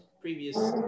previous